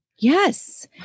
Yes